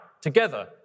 together